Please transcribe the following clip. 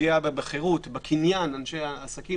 פגיעה בחירות, בקניין, באנשי עסקים